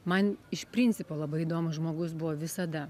man iš principo labai įdomu žmogus buvo visada